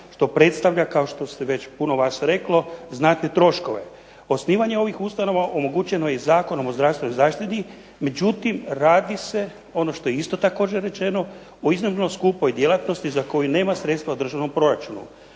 što predstavlja kao što ste već puno vas reklo znatne troškove. Osnivanje ovih ustanova omogućeno je i Zakonom o zdravstvenoj zaštiti, međutim radi se ono što je isto također rečeno o iznimno skupoj djelatnosti za koju nema sredstva u državnom proračunu.